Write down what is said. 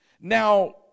Now